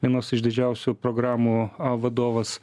vienos iš didžiausių programų vadovas